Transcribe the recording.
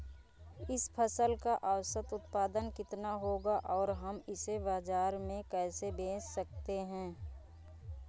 इस फसल का औसत उत्पादन कितना होगा और हम इसे बाजार में कैसे बेच सकते हैं?